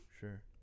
sure